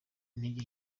intege